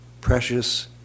precious